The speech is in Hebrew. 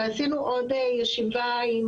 ועשינו עוד ישיבה עם